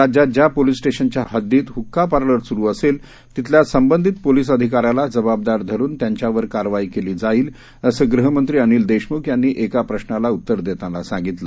राज्यात ज्या पोलिस स्टेशनच्या हद्दीत हुक्का पार्लर सुरू असेल तिथल्या संबंधित पोलिस अधिकाऱ्याला जबाबदार धरून त्यांच्यावर कारवाई केली जाईल असं गृहमंत्री अनिल देशमुख यांनी एका प्रश्राला उत्तर देताना सांगितलं